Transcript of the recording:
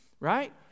right